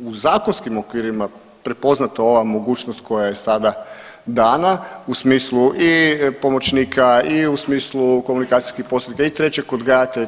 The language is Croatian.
u zakonskim okvirima prepoznata ova mogućnost koja je sada dana u smislu i pomoćnika i u smislu komunikacijskih posrednika i trećeg odgajatelja.